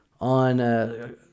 on